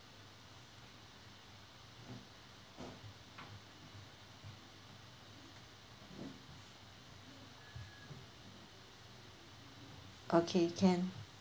okay can